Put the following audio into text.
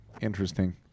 interesting